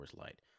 Light